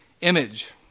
Image